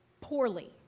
poorly